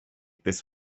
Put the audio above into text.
this